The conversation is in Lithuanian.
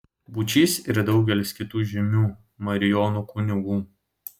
būčys ir daugelis kitų žymių marijonų kunigų